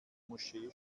moschee